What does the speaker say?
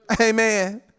Amen